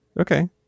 okay